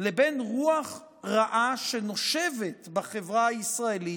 לבין רוח רעה שנושבת בחברה הישראלית,